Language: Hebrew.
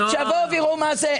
שיבואו ויראו מה זה.